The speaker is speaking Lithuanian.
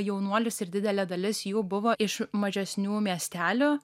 jaunuolius ir didelė dalis jų buvo iš mažesnių miestelių